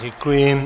Děkuji.